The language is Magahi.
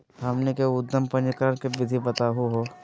हमनी के उद्यम पंजीकरण के विधि बताही हो?